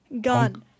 Gun